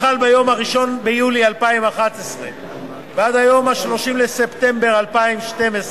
החל מיום 1 ביולי 2011 ועד יום 30 בספטמבר 2012,